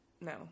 No